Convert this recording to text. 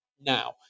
now